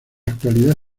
actualidad